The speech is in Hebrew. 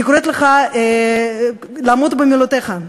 אני קוראת לך לעמוד במילותיך.